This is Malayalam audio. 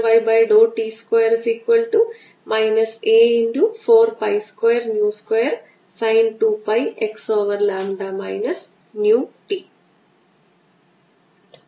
അതിനാൽ ഈ ഇലക്ട്രിക് ഫീൽഡിന്റെ net charge density 4 pi C epsilon 0 delta R minus C epsilon 0 lambda over R square E raise to minus lambda R minus lambda R അതാണ് നിങ്ങളുടെ ഉത്തരം